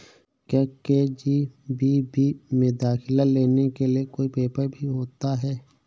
क्या के.जी.बी.वी में दाखिला लेने के लिए कोई पेपर भी होता है?